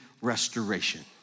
restoration